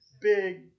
big